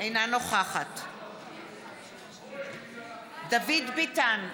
אינה נוכחת דוד ביטן,